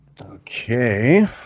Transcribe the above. Okay